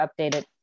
updated